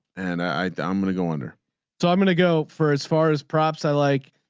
and i i'm going to go under so i'm going to go for as far as props i like